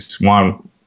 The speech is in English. one